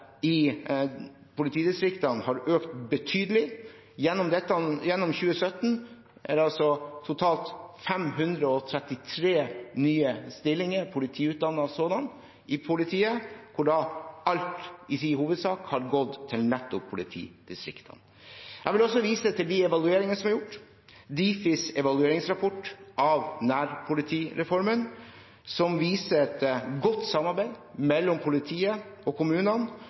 i politidistriktene har økt betydelig. I 2017 er det altså totalt 533 nye stillinger, politiutdannede sådanne, i politiet, hvor alt i hovedsak har gått til nettopp politidistriktene. Jeg vil også vise til de evalueringene som er gjort. Difis evalueringsrapport av nærpolitireformen viser et godt samarbeid mellom politiet og kommunene